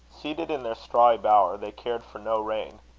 seated in their strawy bower, they cared for no rain.